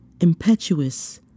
Impetuous